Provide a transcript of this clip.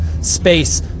space